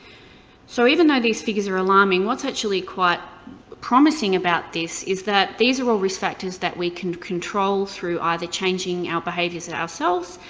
so even though these figures are alarming, what's actually quite promising about this is that these are all risk factors that we can control through either changing out behaviors and ourselves,